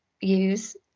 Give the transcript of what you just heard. use